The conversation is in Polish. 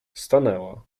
stanęła